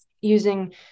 using